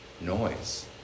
noise